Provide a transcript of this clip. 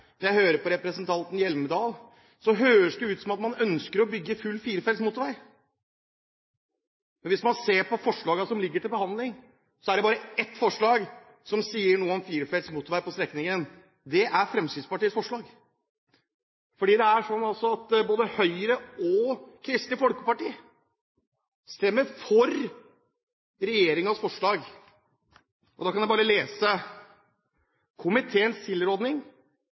Når jeg hører på representanten fra Høyre, Ingjerd Schou, og når jeg hører på representanten Hjelmdal, høres det ut som at man ønsker å bygge full firefelts motorvei. Men hvis man ser på forslagene som ligger til behandling, er det bare ett forslag som sier noe om firefelts motorvei på strekningen. Det er Fremskrittspartiets forslag. Både Høyre og Kristelig Folkeparti stemmer for regjeringens forslag. Jeg leser: «Komiteens tilråding fremmes av komiteens medlemmer fra Arbeiderpartiet, Høyre, Sosialistisk Venstreparti, Senterpartiet og